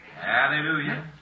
Hallelujah